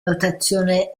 notazione